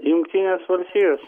jungtinės valstijos